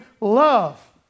love